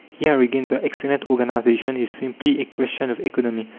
here again the excellent organization is simply a question of economy.